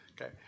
okay